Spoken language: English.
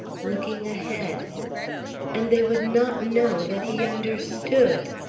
looking ahead and they would not know that he understood.